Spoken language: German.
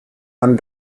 man